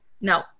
no